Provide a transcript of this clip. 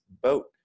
boat